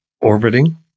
orbiting